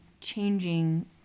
changing